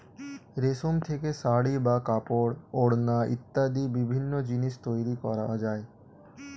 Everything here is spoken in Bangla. রেশম থেকে শাড়ী বা কাপড়, ওড়না ইত্যাদি বিভিন্ন জিনিস তৈরি করা যায়